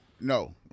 no